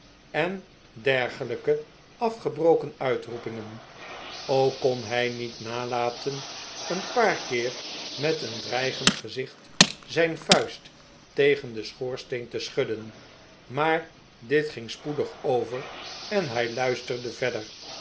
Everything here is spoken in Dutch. en dergehjke afgebroken uitroepingen ook kon hij niet nalaten een paar keer met een dreigend gezicht zijn vuist tegen den schoorsteen te schudden maar dit ging spoedig over en hij luisterde verder